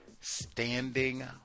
Standing